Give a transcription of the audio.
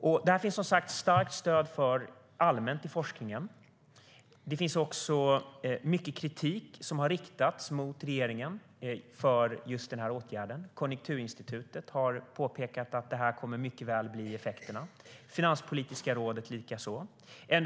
Detta finns det som sagt starkt stöd för allmänt i forskningen. Det har också riktats mycket kritik mot regeringen för just den här åtgärden. Konjunkturinstitutet har påpekat att det här mycket väl kommer att bli effekten. Finanspolitiska rådet har gjort likadant.